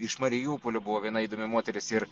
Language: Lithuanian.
iš marijupolio buvo viena įdomi moteris ir